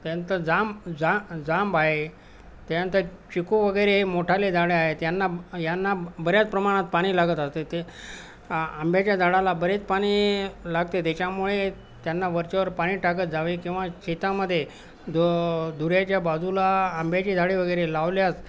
त्यानंतर जा जा जाम आहे त्यानंतर चिकूवगैरे मोठाले झाडे आहेत त्यांना यांना बऱ्याच प्रमाणात पाणी लागत असते ते आंब्याच्या झाडाला बरेच पाणी लागते त्याच्यामुळे त्यांना वरच्यावर पाणी टाकत जावे किंवा शेतामध्ये दो दुऱ्याच्या बाजूला आंब्याची झाडेवगैरे लावल्यास